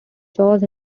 jaws